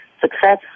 success